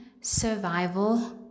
survival